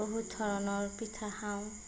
বহুত ধৰণৰ পিঠা খাওঁ